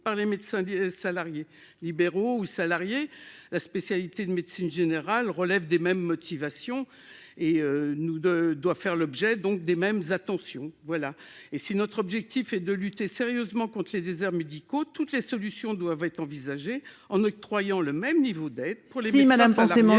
par les médecins salariés libéraux ou salariés. La spécialité de médecine générale relève des mêmes motivations et nous deux doit faire l'objet donc des mêmes attention voilà. Et si notre objectif est de lutter sérieusement contre les déserts médicaux. Toutes les solutions doivent être envisagées en octroyant le même niveau d'aide. Pour si Madame